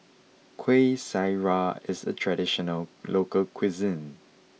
Kueh Syara is a traditional local cuisine